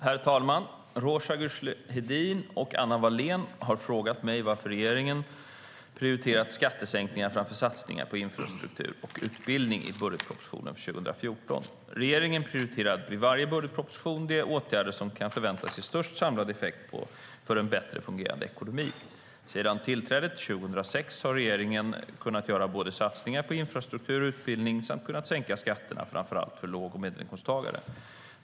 Herr talman! Roza Güclü Hedin och Anna Wallén har frågat mig varför regeringen har prioriterat skattesänkningar framför satsningar på infrastruktur och utbildning i budgetpropositionen för 2014. Regeringen prioriterar vid varje budgetproposition de åtgärder som kan förväntas ge störst samlad effekt för en bättre fungerande ekonomi. Sedan tillträdet 2006 har regeringen kunnat göra satsningar på både infrastruktur och utbildning samt kunnat sänka skatterna för framför allt låg och medelinkomsttagare.